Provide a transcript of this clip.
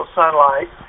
sunlight